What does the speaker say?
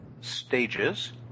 stages